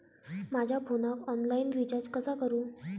माझ्या फोनाक online recharge कसा करू?